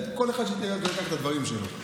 שכל אחד ייקח את הדברים שלו.